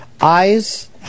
eyes